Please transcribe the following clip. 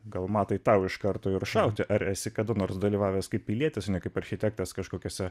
gal matai tau iš karto ir šauti ar esi kada nors dalyvavęs kaip pilietis kaip architektas kažkokiuose